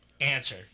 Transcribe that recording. answer